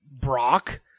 Brock